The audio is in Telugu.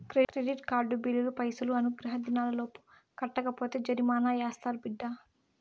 కెడిట్ కార్డు బిల్లులు పైసలు అనుగ్రహ దినాలలోపు కట్టకపోతే జరిమానా యాస్తారు బిడ్డా